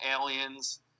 Aliens